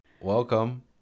welcome